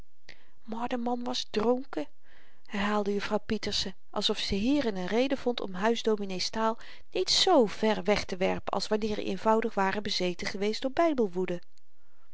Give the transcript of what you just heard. maar de man was dronken herhaalde juffrouw pieterse alsof ze hierin n reden vond om huisdominee's taal niet z ver wegtewerpen als wanneer i eenvoudig ware bezeten geweest door